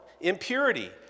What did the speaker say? impurity